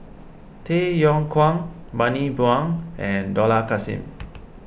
Tay Yong Kwang Bani Buang and Dollah Kassim